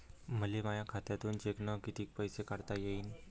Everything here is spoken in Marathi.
मले माया खात्यातून चेकनं कितीक पैसे काढता येईन?